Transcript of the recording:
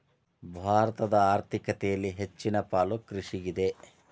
ಭಾರತದ ಆರ್ಥಿಕತೆಯಲ್ಲಿ ಹೆಚ್ಚನ ಪಾಲು ಕೃಷಿಗಿದೆ